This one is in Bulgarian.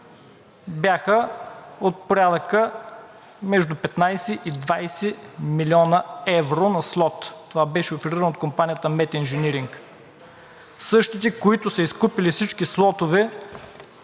бяха от порядъка между 15 и 20 милиона евро на слот. Това беше оферирано от компанията „МЕТ инженеринг“ – същите, които са изкупили всички слотове